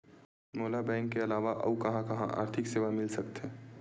मोला बैंक के अलावा आऊ कहां कहा आर्थिक सेवा मिल सकथे?